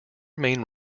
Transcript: main